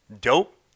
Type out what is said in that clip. dope